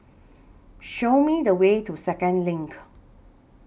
Show Me The Way to Second LINK